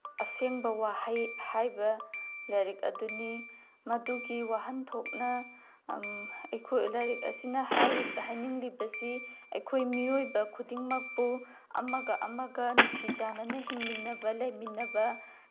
ꯑꯁꯦꯡꯕ ꯋꯥꯍꯩ ꯍꯥꯏꯕ ꯂꯥꯏꯔꯤꯛ ꯑꯗꯨꯅꯤ ꯃꯗꯨꯒꯤ ꯋꯥꯍꯟꯊꯣꯛꯅ ꯑꯩꯈꯣꯏ ꯂꯥꯏꯔꯤꯛ ꯑꯁꯤꯅ ꯍꯥꯏꯔꯤꯕ ꯍꯥꯏꯅꯤꯡꯂꯤꯕꯁꯤ ꯑꯩꯈꯣꯏ ꯃꯤꯑꯣꯏꯕ ꯈꯨꯗꯤꯡꯃꯛꯄꯨ ꯑꯃꯒ ꯑꯃꯒ ꯅꯨꯡꯁꯤ ꯆꯥꯟꯅꯅ ꯍꯤꯡꯃꯤꯟꯅꯕ ꯂꯩꯃꯤꯟꯅꯕ